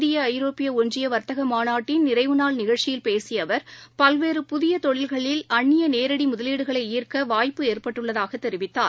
இந்திய ஐரோப்பியஒன்றியவர்த்தகமாநாட்டின் நிறைவுநாள் நிகழ்ச்சியில் பேசியஅவர் பல்வேறு புதியதொழில்களில் அந்நியநேரடி முதலீடுகளை ஈர்க்கவாய்ப்பு ஏற்பட்டுள்ளதாகதெரிவித்தார்